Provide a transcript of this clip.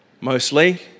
Mostly